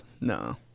No